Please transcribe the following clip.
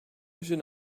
should